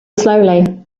slowly